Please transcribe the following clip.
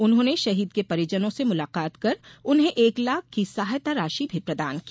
उन्होंने शहीद के परिजनों से मुलाकात कर उन्हें एक लाख की सहायता राशि भी प्रदान की